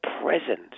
present